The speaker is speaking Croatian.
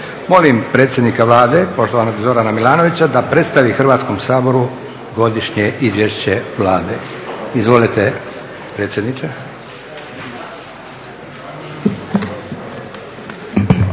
Molim predsjednika Vlade poštovanog Zorana Milanovića da predstavi Hrvatskom saboru godišnje izvješće Vlade. Izvolite predsjedniče.